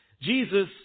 Jesus